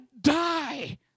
die